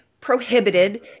prohibited